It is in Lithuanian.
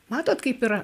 matot kaip yra